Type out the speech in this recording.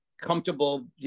comfortable